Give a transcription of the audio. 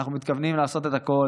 אנחנו מתכוונים לעשות את הכול,